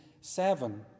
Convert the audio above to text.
seven